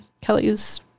Kelly's